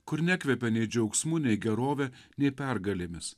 kur nekvepia nei džiaugsmų nei gerovę nei pergalėmis